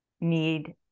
need